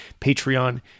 Patreon